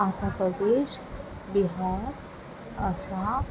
Andhra Pradesh Bihar Assam